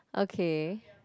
okay